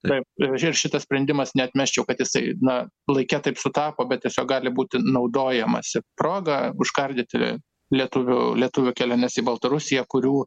taip ir šitas sprendimas neatmesčiau kad jisai na laike taip sutapo bet tiesiog gali būti naudojamasi proga užkardyti lietuvių lietuvių keliones į baltarusiją kurių